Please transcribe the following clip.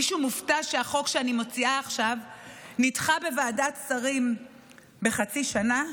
מישהו מופתע שהחוק שאני מציעה עכשיו נדחה בוועדת שרים בחצי שנה?